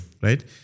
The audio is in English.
Right